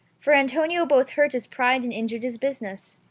for antonio both hurt his pride and injured his business.